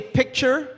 picture